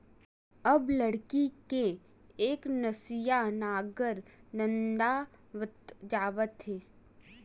अब लकड़ी के एकनसिया नांगर नंदावत जावत हे